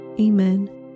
Amen